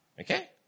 Okay